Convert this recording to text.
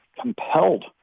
compelled